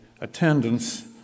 attendance